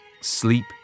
sleep